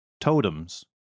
totems